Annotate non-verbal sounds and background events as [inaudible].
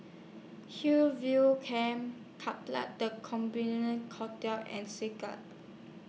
Hillview Camp [unintelligible] Hotel and Segar